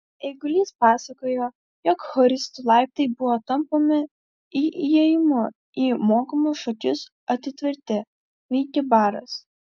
eigulys pasakojo jog choristų laiptai buvo tampomi įėjimui į mokamus šokius atitverti veikė baras